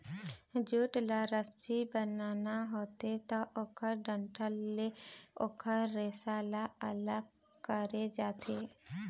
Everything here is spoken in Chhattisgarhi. जूट ल रस्सी बनाना होथे त ओखर डंठल ले ओखर रेसा ल अलग करे जाथे